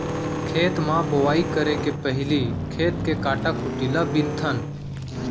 खेत म बोंवई करे के पहिली खेत के कांटा खूंटी ल बिनथन